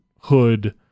Hood